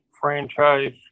franchise